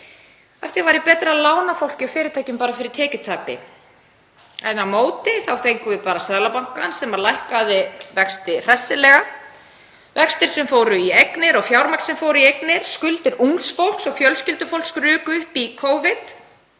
það væri betra að lána fólki og fyrirtækjum fyrir tekjutapi en á móti fengum við bara Seðlabankann sem lækkaði vexti hressilega. Vextir sem fóru í eignir og fjármagn sem fór í eignir, skuldir ungs fólks og fjölskyldufólks, ruku upp í Covid